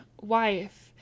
wife